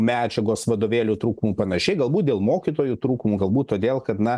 medžiagos vadovėlių trūkumų panašiai galbūt dėl mokytojų trūkumų galbūt todėl kad na